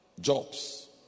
jobs